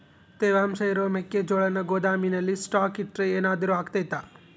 ತೇವಾಂಶ ಇರೋ ಮೆಕ್ಕೆಜೋಳನ ಗೋದಾಮಿನಲ್ಲಿ ಸ್ಟಾಕ್ ಇಟ್ರೆ ಏನಾದರೂ ಅಗ್ತೈತ?